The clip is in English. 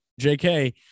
JK